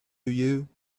you